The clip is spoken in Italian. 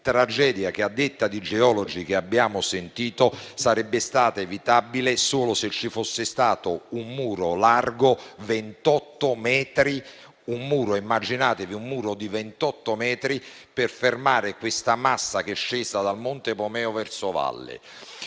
tragedia che - a detta dei geologi che abbiamo sentito - sarebbe stata evitabile solo se ci fosse stato un muro largo 28 metri; immaginate un muro di 28 metri per fermare la massa scesa dal monte Epomeo verso valle.